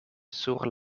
sur